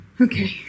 Okay